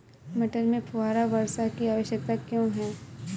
मटर में फुहारा वर्षा की आवश्यकता क्यो है?